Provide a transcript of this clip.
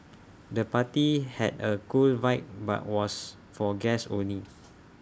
the party had A cool vibe but was for guests only